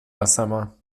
آسمان